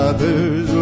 Others